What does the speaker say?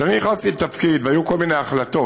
כשאני נכנסתי לתפקיד היו כל מיני החלטות,